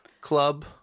Club